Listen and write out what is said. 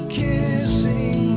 kissing